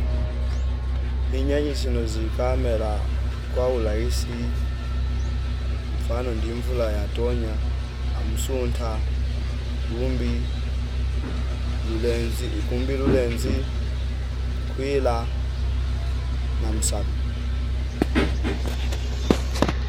Inyanyi zino zi kamela kwa ulahisi mfano ndimvula yatonya amsunta kumbi dulenzi ikumbi lulenzi kwila na msalu